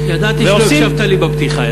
ידעתי שלא הקשבת לי בפתיחה.